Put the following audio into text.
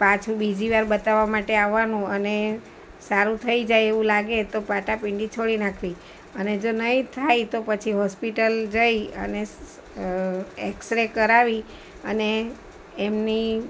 પાછું બીજી વાર બતાવવા માટે આવવાનું અને સારું થઈ જાય આવું લાગે તો પાટાપટ્ટી છોડી નાખવી અને જો નહીં જ થાય તો પછી હોસ્પિટલ જઈ અને એક્સરે કરાવી અને એમની